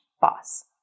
boss